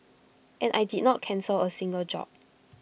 and I did not cancel A single job